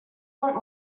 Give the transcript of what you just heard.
want